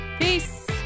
Peace